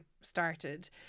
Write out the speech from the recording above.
started